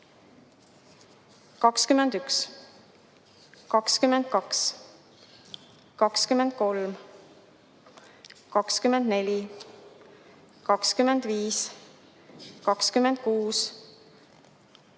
21, 22, 23, 24, 25, 26,